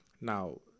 now